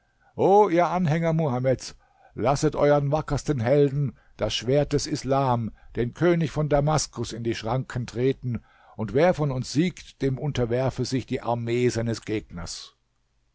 o ihr anhänger muhameds lasset euern wackersten helden das schwert des islams den könig von damaskus in die schranken treten und wer von uns siegt dem unterwerfe sich die armee seines gegners